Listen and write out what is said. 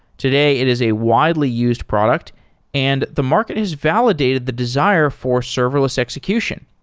today, it is a widely used product and the market has validated the desire for serverless execution.